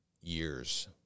Years